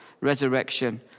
resurrection